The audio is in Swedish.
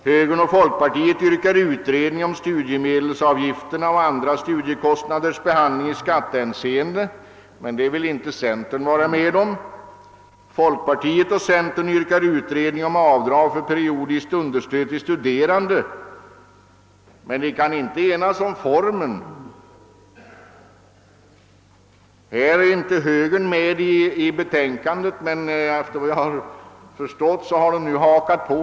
Högern och folkpartiet yrkar på en utredning om studiemedelsavgifternas och andra studiekostnaders behandling i skattehänseende, men det har inte centern velat vara med om. Folkpartiet och centern yrkar på en utredning om avdrag för periodiskt understöd till studerande men har inte kunnat enas om formen härför. På den punkten är inte högern med i betänkandet, men efter var jag förstått har högern nu hakat på där.